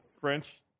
French